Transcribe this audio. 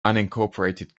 unincorporated